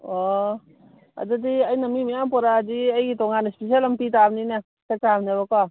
ꯑꯣ ꯑꯗꯨꯗꯤ ꯑꯩꯅ ꯃꯤ ꯃꯌꯥꯝ ꯄꯨꯔꯛꯂꯗꯤ ꯑꯩꯒꯤ ꯇꯣꯉꯥꯟꯅ ꯏꯁꯄꯤꯁꯦꯜ ꯑꯃ ꯄꯤꯇꯕꯅꯤꯅꯦ ꯄꯤꯊꯛꯇꯕꯅꯦꯕꯀꯣ